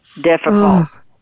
difficult